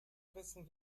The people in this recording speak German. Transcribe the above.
rissen